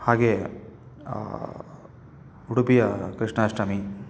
ಹಾಗೇ ಉಡುಪಿಯ ಕೃಷ್ಣಾಷ್ಟಮಿ